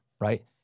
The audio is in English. right